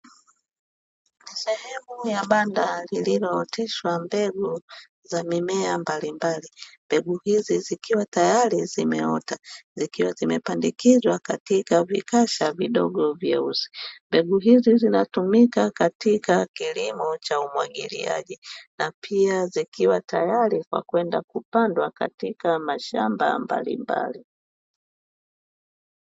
Sehemu banda lililo oteshwa mbegu za mimea mbalimbali, mbegu hizi zikiwa tayari zimeota, zikiwa zimepandikizwa katika vikasha vidogo vyeusi. Mbegu hizi zinatumika katika kilimo cha umwagiliaji na pia zikiwa tayari kwa kwenda kupandwa katika mashamba mbalimbali.